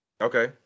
Okay